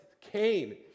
Cain